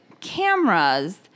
cameras